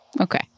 Okay